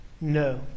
no